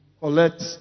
collect